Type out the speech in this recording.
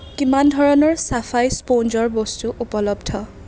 কিমান ধৰণৰ চাফাই স্পঞ্জৰ বস্তু উপলব্ধ